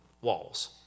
Walls